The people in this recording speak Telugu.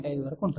5 వరకు ఉంటుంది